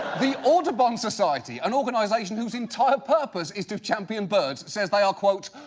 the audubon society, an organization whose entire purpose is to champion birds, says they are, quote,